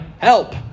Help